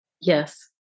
Yes